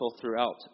throughout